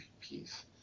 peace